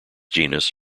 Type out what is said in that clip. genus